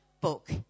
book